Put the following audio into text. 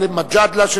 גאלב מג'אדלה,